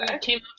came